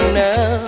now